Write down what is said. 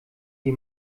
die